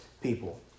people